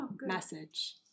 message